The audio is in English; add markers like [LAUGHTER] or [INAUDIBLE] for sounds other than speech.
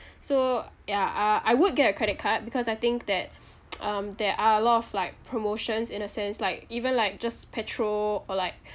so ya uh I would get a credit card because I think that [NOISE] um there are a lot of like promotions in a sense like even like just petrol or like